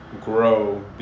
grow